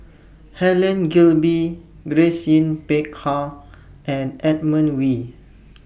Helen Gilbey Grace Yin Peck Ha and Edmund Wee